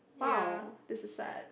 !wow! this is sad